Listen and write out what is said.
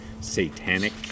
Satanic